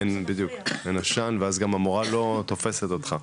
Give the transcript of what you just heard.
אין, בדיוק, אין עשן, ואז גם המורה לא תופסת אותך.